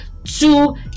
two